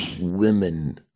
Women